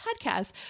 podcast